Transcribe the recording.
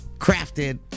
crafted